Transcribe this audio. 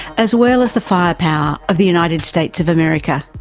as well as the firepower of the united states of america.